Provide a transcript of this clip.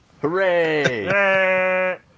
Hooray